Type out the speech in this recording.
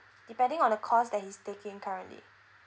depending on the course that he's taking currently